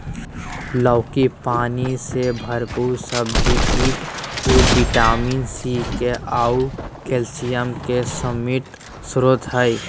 लौकी पानी से भरपूर सब्जी हइ अ विटामिन सी, के आऊ कैल्शियम के समृद्ध स्रोत हइ